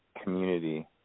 community